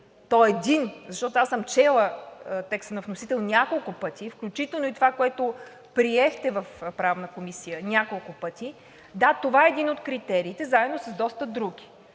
той е един, защото аз съм чела текста на вносител няколко пъти, включително и това, което приехте в Правната комисия, няколко пъти. Да, това е един от критериите, заедно с доста други,